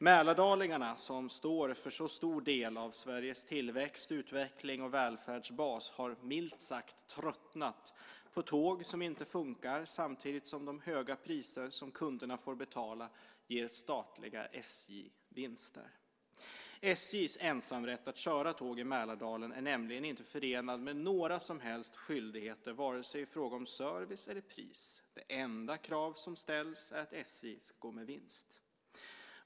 Mälardalingarna, som står för en så stor del av Sveriges tillväxt, utveckling och välfärdsbas, har milt sagt tröttnat på tågen som inte funkar, samtidigt som de höga priser som kunderna får betala ger statliga SJ-vinster. SJ:s ensamrätt att köra tågen i Mälardalen är nämligen inte förenad med några som helst skyldigheter i fråga om vare sig service eller pris. Det enda krav som ställs är att SJ ska gå med vinst.